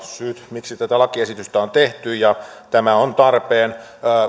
miksi tätä lakiesitystä on tehty ja tämä on tarpeen